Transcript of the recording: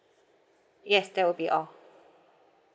yes that will be all